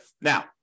Now